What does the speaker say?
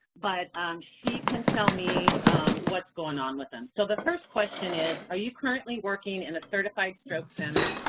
but she can tell me what's going on with them. so the first question is, are you currently working in a certified stroke center,